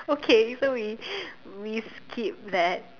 okay so we we skip that